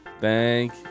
Thank